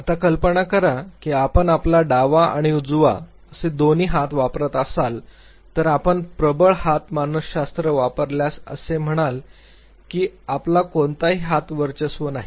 आता कल्पना करा की आपण आपला डावा आणि उजवा आणि दोन्ही वापरत असाल तर एकदा आपण प्रबळ हात मानसशास्त्र वापरल्यास असे म्हणाल की आपला कोणताही हात वर्चस्व नाही